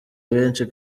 benshi